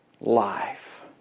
life